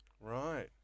Right